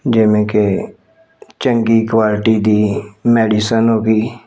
ਜਿਵੇਂ ਕਿ ਚੰਗੀ ਕੁਆਲਿਟੀ ਦੀ ਮੈਡੀਸਨ ਹੋ ਗਈ